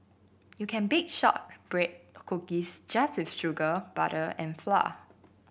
you can bake shortbread cookies just with sugar butter and flour